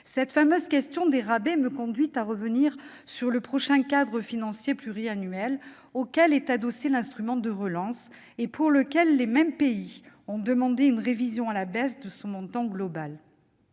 Cette fameuse question des rabais me conduit à revenir sur le prochain cadre financier pluriannuel auquel est adossé l'instrument de relance. Les mêmes pays ont demandé une révision à la baisse de son montant global.